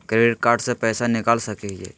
Credit card से पैसा निकल सकी हय?